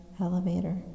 elevator